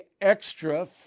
extra